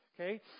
Okay